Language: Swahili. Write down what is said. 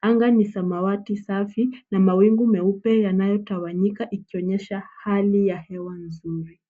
Angai ni samawati safi, na mawingu meupe yanayotawanyika ikionyesha hali ya hewa nzuri.